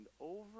over